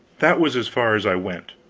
that was as far as i went,